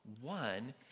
one